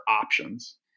options